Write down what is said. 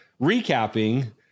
recapping